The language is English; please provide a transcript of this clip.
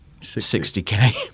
60K